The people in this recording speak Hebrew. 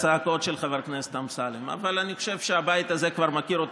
חבר הכנסת אמסלם, זכור לך, קנגורו?